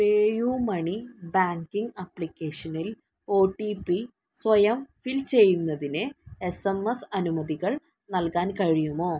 പേ money banking അപ്ലിക്കേഷനിൽ O T P സ്വയം fill ചെയ്യുന്നതിന് എസ് എം എസ് അനുമതികൾ നൽകാൻ കഴിയുമോ